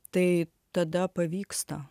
tai tada pavyksta